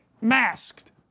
masked